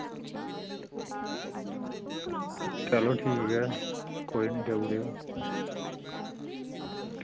hello ठीक ऐ कोई निं देई ओड़ेओ